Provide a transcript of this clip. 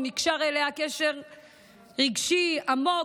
הוא נקשר אליה קשר רגשי עמוק,